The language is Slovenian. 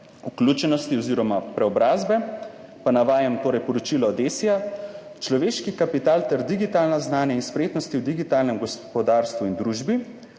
vključenosti oziroma preobrazbe, pa navajam poročilo DESI Človeški kapital ter digitalna znanja in spretnosti v digitalnem gospodarstvu in družbi.